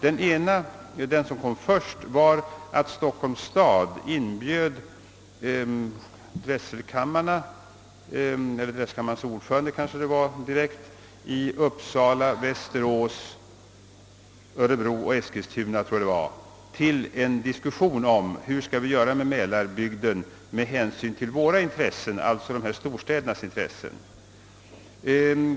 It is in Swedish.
Den första aktionen var när Stockholms stad inbjöd drätselkamrarnas ordförande i Uppsala, Västerås, Örebro och Eskilstuna till en diskussion om hur mälarbygdens problem skulle lösas med hänsyn till dessa storstäders intressen.